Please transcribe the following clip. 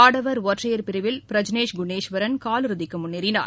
ஆடவர் ஒற்றையர் பிரிவில் பிரஜ்னேஷ் குன்னேஸ்வரன் காலிறுதிக்கு முன்னேறினார்